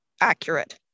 accurate